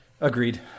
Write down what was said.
Agreed